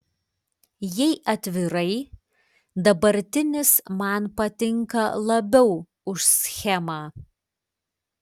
jei atvirai dabartinis man patinka labiau už schemą